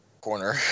corner